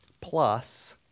plus